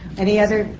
any other?